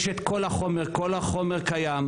יש את כל החומר, כל החומר קיים.